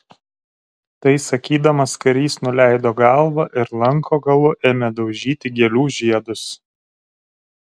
tai sakydamas karys nuleido galvą ir lanko galu ėmė daužyti gėlių žiedus